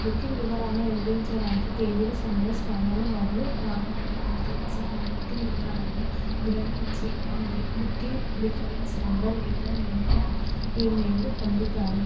booking వివరాలు నిర్దించడానికి తేదీలు సమయలు స్థానాలు మరియు వాహన రకంతో సహా బుకింగ్ వివరాలను గ్రహించి మరియు బుకింగ్ రిఫరెన్స్ నెంబర్ లేదా నిర్ణయ ఈమెయిల్లు పొందుతాను